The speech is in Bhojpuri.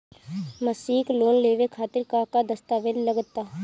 मसीक लोन लेवे खातिर का का दास्तावेज लग ता?